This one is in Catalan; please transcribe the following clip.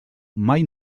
mai